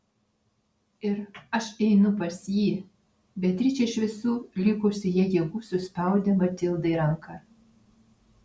ir aš einu pas jį beatričė iš visų likusių jai jėgų suspaudė matildai ranką